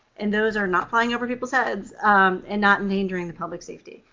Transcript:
and those are not flying over people's heads and not endangering the public safety.